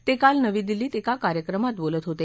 ते काल नवी दिल्लीत एका कार्यक्रमात बोलत होते